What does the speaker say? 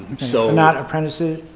so not apprenticing,